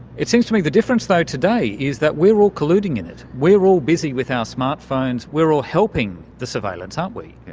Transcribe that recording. it seems to me the difference though today is that we are all colluding in it. we are all busy with our smart phones, we are all helping the surveillance, aren't we.